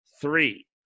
three